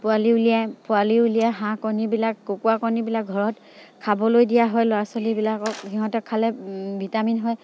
পোৱালি উলিয়াই পোৱালি উলিয়াই হাঁহ কণীবিলাক কুকুৰা কণীবিলাক ঘৰত খাবলৈ দিয়া হয় ল'ৰা ছোৱালীবিলাকক সিহঁতে খালে ভিটামিন হয়